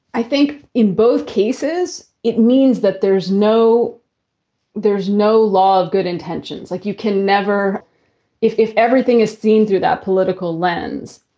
i think in both cases it means that there's no there's no law of good intentions. like you can never if if everything is seen through that political lens,